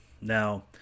Now